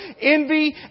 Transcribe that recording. envy